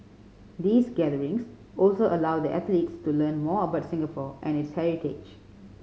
these gatherings also allow the athletes to learn more about Singapore and its heritage